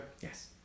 Yes